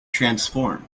transform